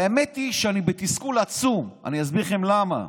האמת היא שאני בתסכול עצום, ואני אסביר לכם למה.